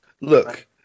Look